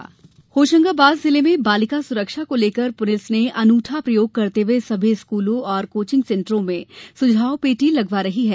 police पहल होशंगाबाद जिले में बालिका सुरक्षा को लेकर पुलिस अनूठा प्रयोग करते हुए समी स्कूलों और कोर्चिंग सेंटरों में सुझाव पेटी लगवा रही है